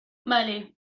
vale